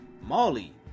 Molly